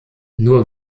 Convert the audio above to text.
nur